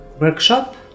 workshop